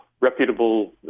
reputable